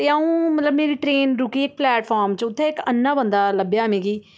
ते अ'ऊं मतलब मेरी ट्रेन रुकी इक प्लैटफाम च उत्थें इक अन्ना बंदा लब्भेआ मिगी